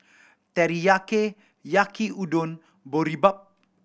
Teriyaki Yaki Udon Boribap